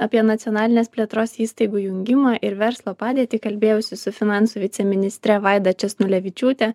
apie nacionalinės plėtros įstaigų jungimą ir verslo padėtį kalbėjausi su finansų viceministre vaida česnulevičiūte